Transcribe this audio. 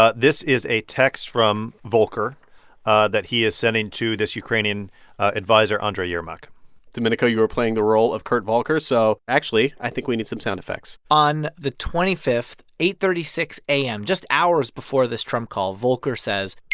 ah this is a text from volker ah that he is sending to this ukrainian adviser, andriy yermak domenico, you are playing the role of kurt volker. so actually, i think we need some sound effects on the twenty fifth, eight thirty six a m, just hours before this trump call, volker says.